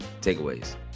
takeaways